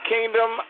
Kingdom